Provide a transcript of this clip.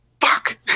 Fuck